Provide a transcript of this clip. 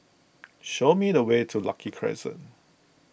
show me the way to Lucky Crescent